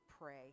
pray